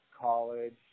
college